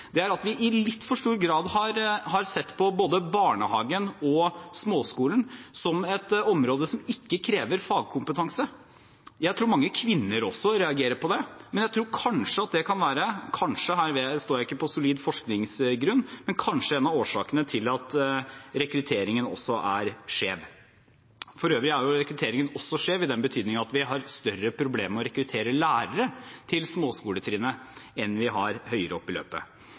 er at vi i litt for stor grad har sett på både barnehagen og småskolen som områder som ikke krever fagkompetanse. Jeg tror mange kvinner også reagerer på det. Jeg tror kanskje at det kan være – kanskje, for her står jeg ikke på solid forskningsgrunn – en av årsakene til at rekrutteringen er skjev. For øvrig er rekrutteringen også skjev i den betydningen at vi har større problemer med å rekruttere lærere til småskoletrinnet enn vi har høyere opp i løpet.